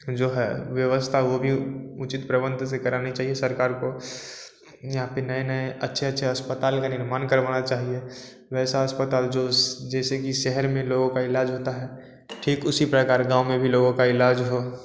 जो है व्यवस्था वो भी उचित प्रबंध से करानी चाहिए सरकार को यहाँ पर नए नए अच्छे अच्छे अस्पताल का निर्माण करवाना चाहिए वैसा अस्पताल जो जैसे कि शहर में लोगों का इलाज होता है ठीक उसी प्रकार गाँव में भी लोगों का इलाज हो